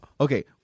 okay